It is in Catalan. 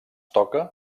toca